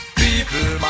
people